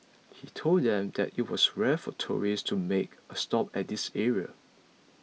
he told them that it was rare for tourists to make a stop at this area